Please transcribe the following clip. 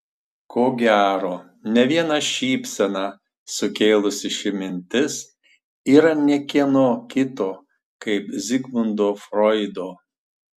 ko gero ne vieną šypseną sukėlusi ši mintis yra ne kieno kito kaip zigmundo froido